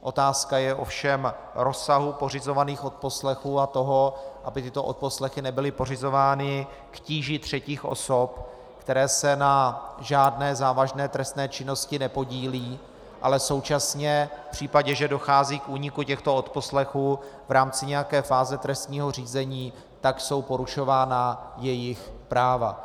Otázka je ovšem rozsahu pořizovaných odposlechů a toho, aby tyto odposlechy nebyly pořizovány k tíži třetích osob, které se na žádné závažné trestné činnosti nepodílejí, ale současně v případě, že dochází k úniku těchto odposlechů v rámci nějaké fáze trestního řízení, tak jsou porušována jejich práva.